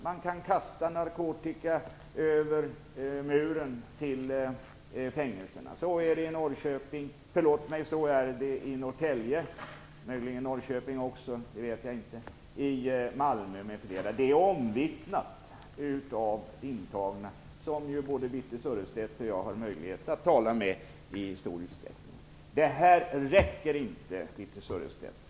Man kan t.ex. kasta narkotika över muren till fängelserna. Så är det i Norrtälje och i Malmö och möjligen på fler anstalter. Det är omvittnat av de intagna som både Birthe Sörestedt och jag i stor utsträckning har möjlighet att tala med. Det här räcker inte, Birthe Sörestedt.